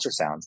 ultrasounds